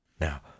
now